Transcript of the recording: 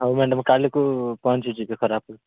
ହଉ ମ୍ୟାଡାମ୍ କାଲିକୁ ପହଞ୍ଚୁଛି